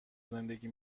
زندگی